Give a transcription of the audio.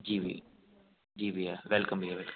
जी भैया जी भैया वेलकम भैया वेल